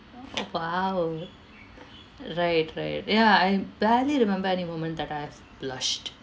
oh !wow! right right ya I barely remember any moment that I have blushed